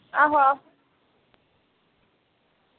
आहो आहो